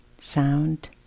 sound